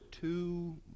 two